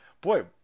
Boy